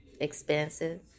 expensive